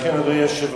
לכן, אדוני היושב-ראש,